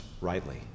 rightly